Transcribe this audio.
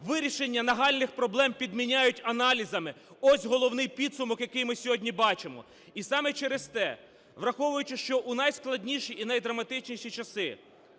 вирішення нагальних проблем підміняють аналізами. Ось головний підсумок, який ми сьогодні бачимо. І саме через те, враховуючи, що у найскладніші і найдраматичніші часи